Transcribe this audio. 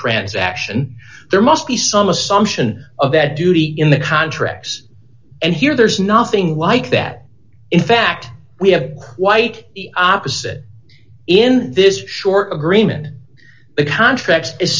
transaction there must be some assumption of that duty in the contracts and here there's nothing like that in fact we have quite the opposite in this short agreement contracts